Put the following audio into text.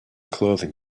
clothing